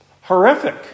Horrific